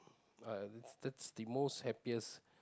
uh that's the most happiest